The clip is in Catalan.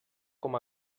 com